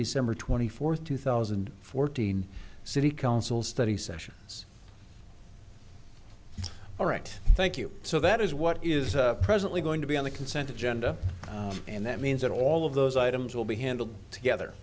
december twenty fourth two thousand and fourteen city council study sessions all right thank you so that is what is presently going to be on the consent agenda and that means that all of those items will be handled together